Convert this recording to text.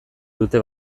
dute